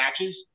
matches